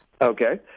Okay